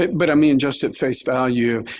but i mean, just at face value,